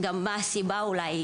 ואולי גם מה הסיבה לעלייה.